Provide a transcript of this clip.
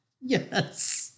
Yes